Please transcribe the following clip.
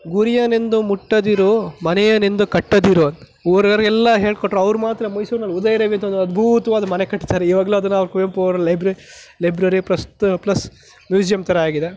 ಗುರಿಯನೆಂದು ಮುಟ್ಟದಿರು ಮನೆಯನೆಂದು ಕಟ್ಟದಿರು ಅಂತ ಊರವ್ರಿಗೆಲ್ಲ ಹೇಳಿಕೊಟ್ರು ಅವರು ಮಾತ್ರ ಮೈಸೂರಿನಲ್ಲಿ ಉದಯರವಿ ಅಂತ ಒಂದು ಅದ್ಭುತವಾದ ಮನೆ ಕಟ್ಟಿದ್ದಾರೆ ಈವಾಗಲೂ ಅದನ್ನ ಅವರು ಕುವೆಂಪು ಅವರ ಲೈಬ್ರೆರಿ ಲೈಬ್ರೆರಿ ಪ್ಲಸ್ ಮ್ಯೂಸಿಯಮ್ ಥರ ಆಗಿದೆ